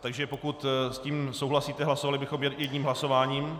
Takže pokud s tím souhlasíte, hlasovali bychom jedním hlasováním.